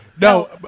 No